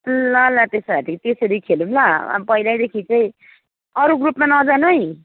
ल ल त्यसो भएदेखि त्यसरी खेलौँ ल पहिल्यैदेखि चाहिँ अरू ग्रुपमा नजानु है